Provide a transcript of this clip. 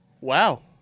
Wow